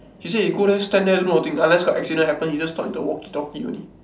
he say you go there stand there do nothing unless got accident happen you just talk into the walkie-talkie only